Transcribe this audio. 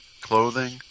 clothing